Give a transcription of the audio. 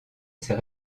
ses